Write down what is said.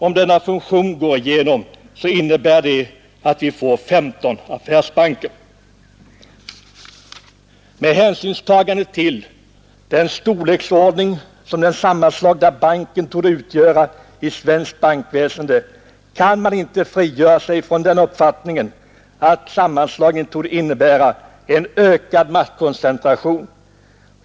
Om denna fusion går igenom innebär det att vi får 15 affärsbanker. Med hänsynstagande till den storleksordning som den sammanslagna banken kommer att få i svenskt bankväsende kan man inte frigöra sig från den uppfattningen att sammanslagningen torde innebära en ökad maktkoncentration.